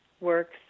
works